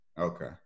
Okay